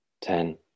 ten